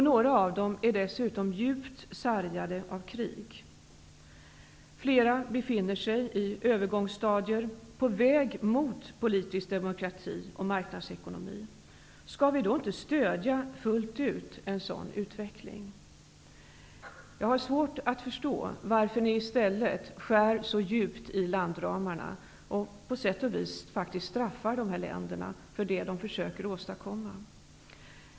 Några av dem är dessutom djupt sargade av krig. Flera befinner sig i övergångsstadier på väg mot politisk demokrati och marknadsekonomi. Skall vi då inte fullt ut stödja en sådan utveckling? Jag har svårt att förstå att ni i stället skär så djupt i landramarna och på sätt och vis faktiskt straffar dessa länder för det de försöker åstadkomma.